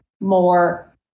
more